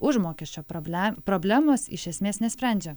užmokesčio problę problemos iš esmės nesprendžia